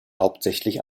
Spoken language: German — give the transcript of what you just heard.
hauptsächlich